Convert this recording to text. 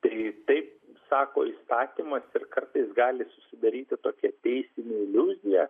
tai taip sako įstatymas ir kartais gali susidaryti tokia teisinė iliuzija